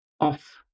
off